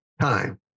time